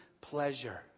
pleasure